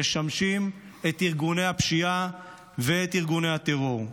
משמשים את ארגוני הפשיעה ואת ארגוני הטרור.